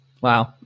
Wow